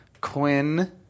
Quinn